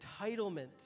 entitlement